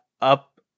up